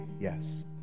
yes